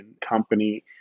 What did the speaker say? company